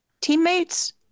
teammates